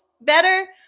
better